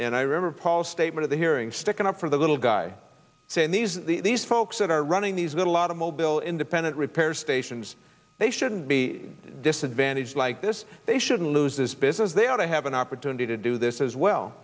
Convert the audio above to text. and i remember paul statement the hearing sticking up for the little guy saying these these folks that are running these little automobile independent repair stations they shouldn't be disadvantaged like this they shouldn't lose this business they ought to have an opportunity to do this as well